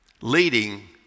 leading